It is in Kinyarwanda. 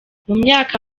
mumyaka